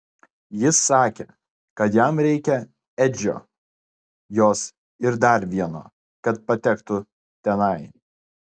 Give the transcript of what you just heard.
jis sakė kad jam reikia edžio jos ir dar vieno kad patektų tenai